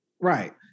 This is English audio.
Right